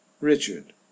Richard